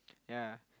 ya